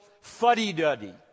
fuddy-duddy